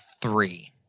three